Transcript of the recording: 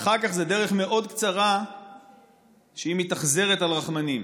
ואחר כך זו דרך מאוד קצרה עד שהיא מתאכזרת אל רחמנים.